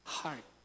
heart